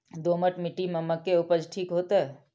दोमट मिट्टी में मक्के उपज ठीक होते?